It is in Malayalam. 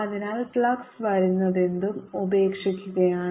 അതിനാൽ ഫ്ലക്സ് വരുന്നതെന്തും ഉപേക്ഷിക്കുകയാണ്